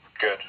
Good